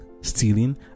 stealing